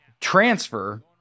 transfer